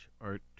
Art